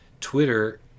Twitter